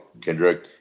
Kendrick